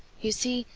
you see,